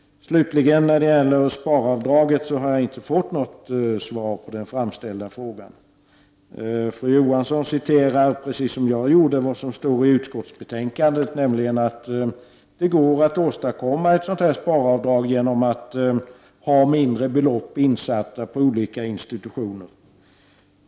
Slutligen när det gäller sparavdraget har jag inte fått svar på den framställda frågan. Fru Johansson läste upp, precis som jag gjorde, vad som står i betänkandet, nämligen att det går att åstadkomma ett sparavdrag genom att ha mindre belopp insatta på olika institutioner.